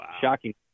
shocking